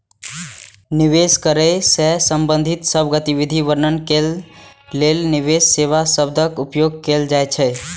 निवेश करै सं संबंधित सब गतिविधि वर्णन करै लेल निवेश सेवा शब्दक उपयोग कैल जाइ छै